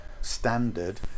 standard